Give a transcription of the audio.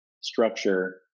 structure